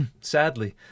Sadly